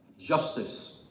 justice